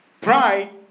Pride